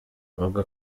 avuga